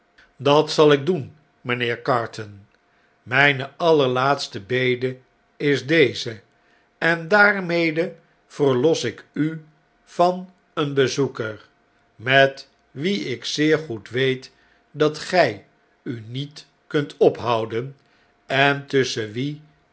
dat zal ik doen mjjnheer carton amjjne allerlaatste bede is deze en daarmede verlos ik u van een bezoeker met wien ik zeer goed weet dat gij u niet kunt ophouden en tusschen